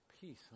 Peace